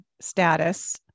status